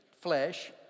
flesh